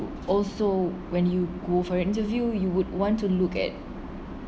also when you go for interview you would want to look at